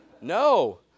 No